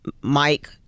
Mike